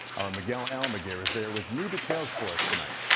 our miguel almaguer is there with new details for us tonight.